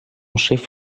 chef